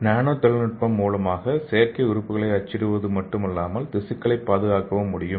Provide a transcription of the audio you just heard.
நானோ தொழில்நுட்பம் மூலம் செயற்கை உறுப்புகளை அச்சிடுவது மட்டுமல்லாமல் திசுக்களைப் பாதுகாக்கவும் முடியும்